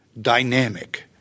dynamic